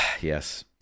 Yes